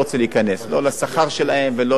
לא לשכר שלהן ולא לתגובות שלהן.